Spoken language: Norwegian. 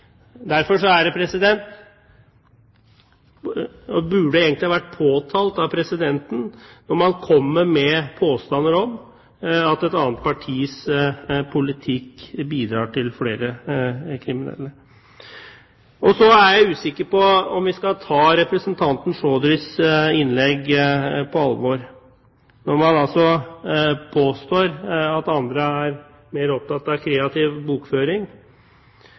Derfor burde det egentlig ha vært påtalt av presidenten når man kommer med påstander om at et annet partis politikk bidrar til flere kriminelle. Og så er jeg usikker på om vi skal ta representanten Chaudhrys innlegg på alvor. Når man altså påstår at andre er mer opptatt av kreativ bokføring,